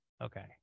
Okay